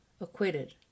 acquitted